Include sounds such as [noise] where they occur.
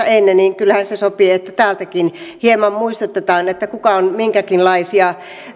[unintelligible] ennen niin kyllähän se sopii että täältäkin hieman muistutetaan kuka on minkäkinlaisia